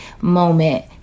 moment